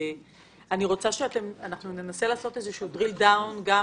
אנחנו ננסה לעשות איזה שהוא drill down של